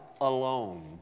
alone